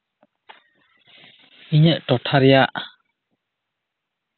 ᱤᱧᱟᱹᱜ ᱴᱚᱴᱷᱟ ᱨᱮᱭᱟᱜ